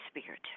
Spirit